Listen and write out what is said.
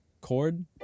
chord